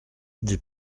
des